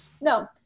No